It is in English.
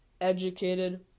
educated